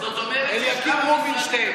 אליקים רובינשטיין,